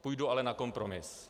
Půjdu ale na kompromis.